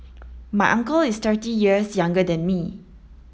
my uncle is thirty years younger than me